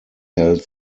held